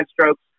strokes